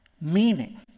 meaning